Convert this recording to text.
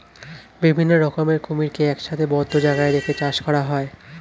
বিভিন্ন রকমের কুমিরকে একসাথে বদ্ধ জায়গায় রেখে চাষ করা হয়